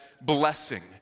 blessing